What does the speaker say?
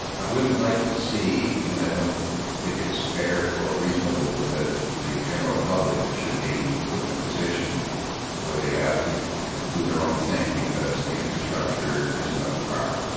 i wouldn't like to see and i don't think it's fair or reasonable that the general public should be put in a position where they have to do their own thing because the infrastructure isn't up to par.